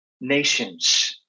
nations